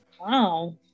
Wow